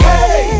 Hey